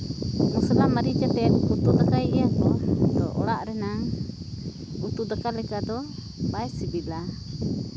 ᱢᱚᱥᱞᱟ ᱢᱟᱹᱨᱤᱪ ᱟᱛᱮᱫ ᱩᱛᱩ ᱫᱟᱠᱟᱭ ᱜᱮᱭᱟ ᱠᱚ ᱚᱲᱟᱜ ᱨᱮᱱᱟᱝ ᱩᱛᱩ ᱫᱟᱠᱟ ᱞᱮᱠᱟ ᱫᱚ ᱵᱟᱭ ᱥᱤᱵᱤᱞᱟ